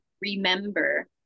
remember